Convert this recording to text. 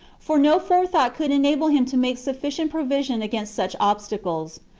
for no forethought could enable him to make sufficient provision against such obstacles.